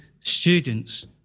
students